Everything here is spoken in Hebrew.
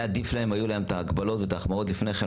היה עדיף להם אם היו להם את ההגבלות וההחמרות לפני כן,